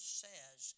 says